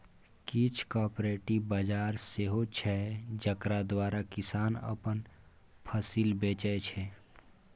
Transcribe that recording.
किछ कॉपरेटिव बजार सेहो छै जकरा द्वारा किसान अपन फसिल बेचै छै